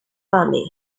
army